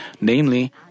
Namely